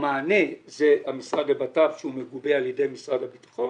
במענה זה המשרד לביטחון פנים שהוא מגובה על ידי משרד הביטחון